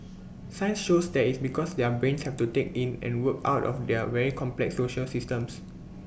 science shows that is because their brains have to take in and work out their very complex social systems